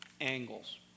angles